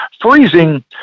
freezing